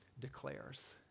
declares